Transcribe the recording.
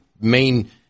main